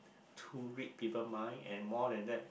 to read people mind and more than that